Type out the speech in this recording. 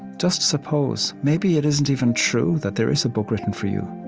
just suppose. maybe it isn't even true that there is a book written for you,